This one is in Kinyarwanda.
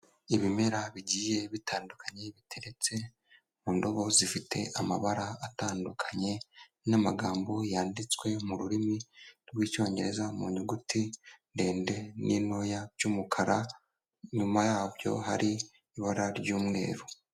Ibimera bigiye bitandukanye biteretse mu ndobo zifite amabara atandukanye n'amagambo yanditswe mu rurimi rw'icyongereza mu nyuguti ndende n'intoya by'umukara nyuma yabyo hari ibara ry'umweru.